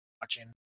watching